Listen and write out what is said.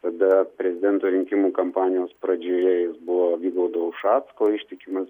tada prezidento rinkimų kampanijos pradžioje jis buvo vygaudo ušacko ištikimas